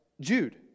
Jude